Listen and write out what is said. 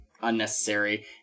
unnecessary